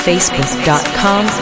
Facebook.com